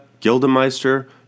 Gildemeister